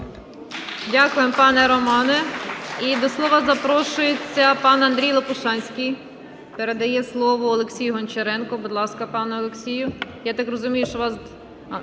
Дякуємо, пане Романе. І до слова запрошується пан Андрій Лопушанський. Передає слово Олексію Гончаренку. Будь ласка, пане Олексію.